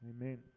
amen